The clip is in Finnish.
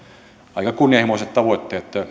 aika kunnianhimoiset tavoitteemme